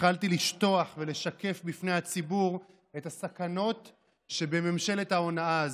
התחלתי לשטוח ולשקף בפני הציבור את הסכנות שבממשלת ההונאה הזאת,